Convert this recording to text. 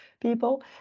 people